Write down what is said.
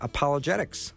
Apologetics